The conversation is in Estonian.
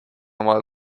oma